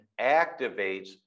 activates